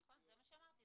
נכון, זה מה שאמרתי.